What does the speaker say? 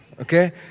Okay